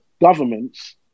governments